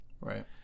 Right